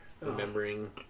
remembering